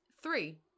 Three